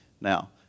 Now